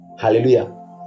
hallelujah